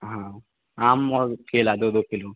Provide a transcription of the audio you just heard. हाँ आम और केला दो दो किलो